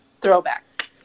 throwback